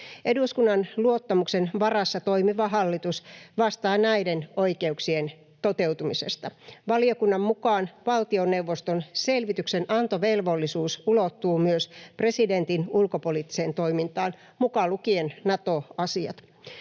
Eduskunnan luottamuksen varassa toimiva hallitus vastaa näiden oikeuksien toteutumisesta. Valiokunnan mukaan valtioneuvoston selvityksenantovelvollisuus ulottuu myös presidentin ulkopoliittiseen toimintaan, mukaan lukien Nato-asiat.